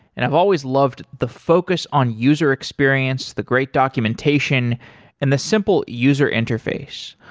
and i've always loved the focus on user experience, the great documentation and the simple user interface.